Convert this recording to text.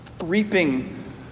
reaping